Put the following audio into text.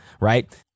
right